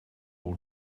all